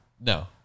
No